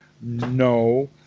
no